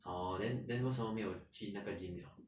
orh then then 为什么没有去那个 gym liao